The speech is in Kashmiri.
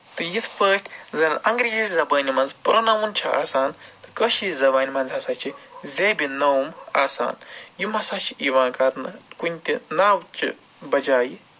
تہٕ یِتھ پٲٹھۍ زَن اَنگریٖزی زَبانہِ منٛز پرٛوناوُن چھُ آسان کٲشِر زَبانہٕ منٛز ہسا چھِ زیبی نوم آسان یِم ہسا چھِ یِوان کرنہٕ کُنہِ تہِ ناوچہِ بَجایہِ